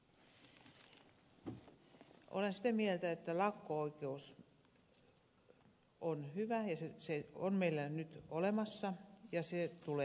olen sitä mieltä että lakko oikeus on hyvä se on meillä nyt olemassa ja se tulee säilyttää